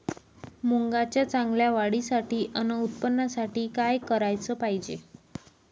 मुंगाच्या चांगल्या वाढीसाठी अस उत्पन्नासाठी का कराच पायजे?